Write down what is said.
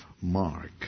Mark